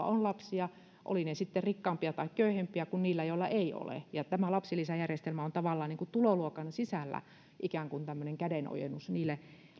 on lapsia olivat ne sitten rikkaampia tai köyhempiä kuin niillä joilla ei ole lapsilisäjärjestelmä on tavallaan tuloluokan sisällä ikään kuin tämmöinen kädenojennus